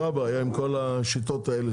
זו הבעיה עם כל השיטות שלכם.